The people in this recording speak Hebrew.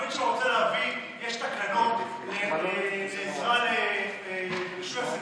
שבתוכנית שהוא רוצה להביא יש תקנות לעזרה לרישוי עסקים.